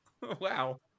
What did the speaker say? wow